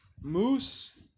Moose